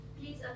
please